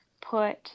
put